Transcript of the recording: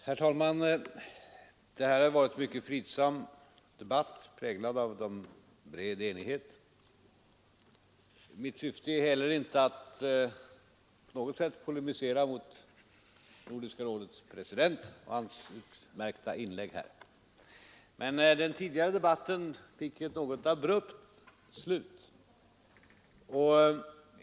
Herr talman! Det här har varit en mycket fridsam debatt, präglad av en bred enighet. Mitt syfte är heller inte att på något sätt polemisera mot Nordiska rådets president och hans utmärkta inlägg här. Men den tidigare debatten fick ett något abrupt slut.